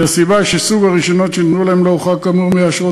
מהסיבה שסוג הרישיונות שניתנו להם לא הוחרג כאמור מהאשרות